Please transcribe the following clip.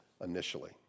initially